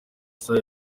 star